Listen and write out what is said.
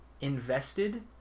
invested